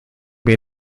made